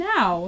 Now